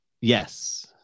yes